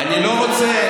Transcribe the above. אני לא רוצה,